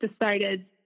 decided